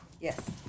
Yes